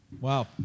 Wow